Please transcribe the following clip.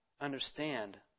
understand